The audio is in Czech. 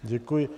Děkuji.